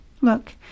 Look